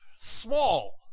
Small